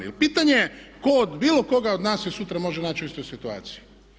Jel pitanje je ko od bilo koga od nas se sutra može naći u istoj situaciji.